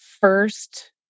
first